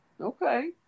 Okay